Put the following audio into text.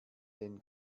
den